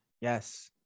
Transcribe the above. Yes